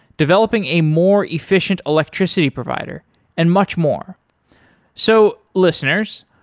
developing a more efficient electricity provider and much more so listeners,